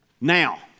Now